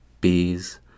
bees